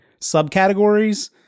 subcategories